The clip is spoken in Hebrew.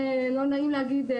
שלא נעים להגיד,